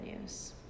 news